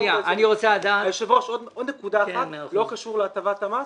היושב ראש, עוד נקודה אחת שלא קשורה להטבת המס.